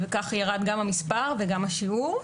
וכך ירד גם המספר וגם השיעור.